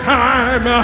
time